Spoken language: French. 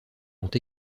ont